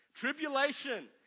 Tribulation